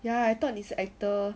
ya I thought 你是 is actor